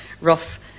rough